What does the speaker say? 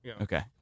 Okay